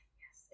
yes